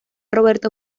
roberto